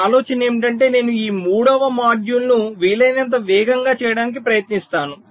నా ఆలోచన ఏమిటంటే నేను ఈ మూడవ మాడ్యూల్ను వీలైనంత వేగంగా చేయడానికి ప్రయత్నిస్తాను